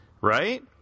right